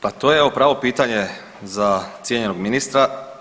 Pa to je pravo pitanje za cijenjenog ministra.